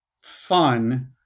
fun